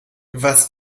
was